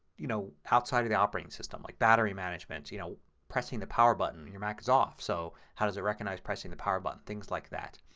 you know outside of the operating system. like battery management. you know pressing the power button. your mac is off so how does it recognize pressing the power button. thinks like that.